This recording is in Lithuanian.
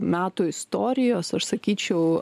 metų istorijos aš sakyčiau